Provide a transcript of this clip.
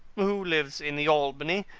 who lives in the albany,